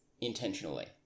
intentionally